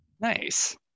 Nice